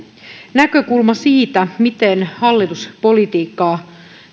näkökulma siitä miten hallituspolitiikkaa